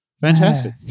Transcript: Fantastic